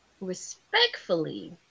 respectfully